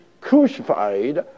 crucified